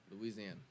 Louisiana